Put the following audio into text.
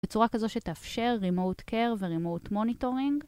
בצורה כזו שתאפשר Remote Care ו- Remote Monitoring.